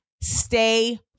stay